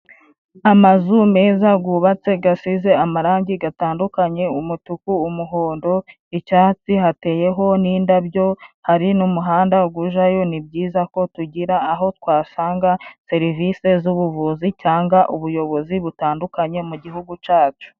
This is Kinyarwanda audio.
Amazu meza gubatse gasize amarangi gatandukanye umutuku, umuhondo, icyatsi hateyeho n'indabyo hari n'umuhanda ugujayo ni byiza ko tugira aho twasanga serivise z'ubuvuzi cyanga ubuyobozi butandukanye mu gihugu cyacu.